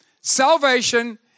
salvation